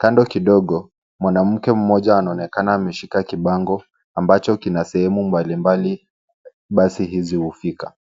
Kando kidogo, mwanamke mmoja anaonekana ameshika kibango ambacho kina sehemu mbalimbali basi hizi hufika.